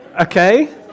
Okay